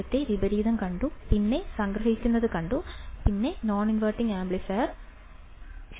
നേരത്തെ വിപരീതം കണ്ടു പിന്നെ സംഗ്രഹിക്കുന്നത് കണ്ടു പിന്നെ നോൺവെർട്ടിംഗ് ആംപ്ലിഫയർ ശരിയായി കണ്ടു